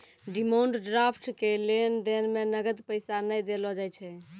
demand draft के लेन देन मे नगद पैसा नै देलो जाय छै